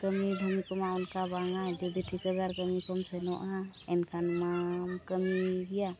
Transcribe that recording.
ᱠᱟᱹᱢᱤ ᱰᱷᱟᱢᱤ ᱠᱚᱢᱟ ᱚᱱᱠᱟ ᱵᱟᱝᱟ ᱡᱩᱫᱤ ᱴᱷᱤᱠᱟᱹᱫᱟᱨ ᱠᱟᱹᱢᱤ ᱠᱚᱢ ᱥᱮᱱᱚᱜᱼᱟ ᱮᱱᱠᱷᱟᱱ ᱢᱟ ᱠᱟᱹᱢᱤ ᱜᱮᱭᱟ